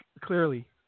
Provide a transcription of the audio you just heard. clearly